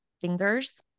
fingers